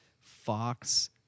Fox